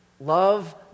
Love